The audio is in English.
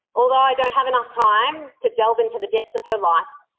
although i don't have enough time to delve into the depths of her life,